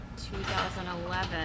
2011